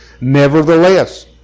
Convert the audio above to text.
Nevertheless